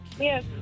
yes